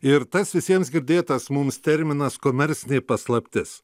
ir tas visiems girdėtas mums terminas komercinė paslaptis